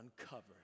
uncovered